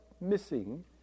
missing